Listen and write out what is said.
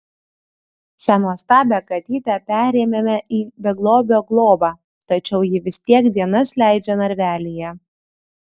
šią nuostabią katytę perėmėme į beglobio globą tačiau ji vis tiek dienas leidžia narvelyje